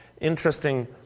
Interesting